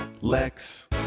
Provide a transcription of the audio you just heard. Lex